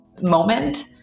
moment